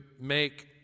make